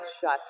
shut